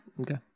Okay